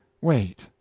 Wait